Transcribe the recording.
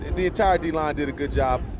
the entire d-line did a good job.